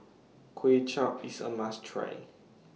Kway Chap IS A must Try